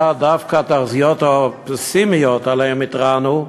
דווקא התחזיות הפסימיות שעליהן התרענו,